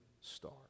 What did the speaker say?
star